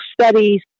Studies